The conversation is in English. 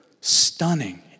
Stunning